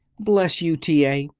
bless you, t. a!